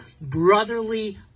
brotherly